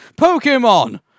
Pokemon